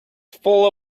full